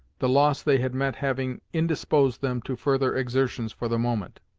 the loss they had met having indisposed them to further exertions for the moment.